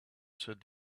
said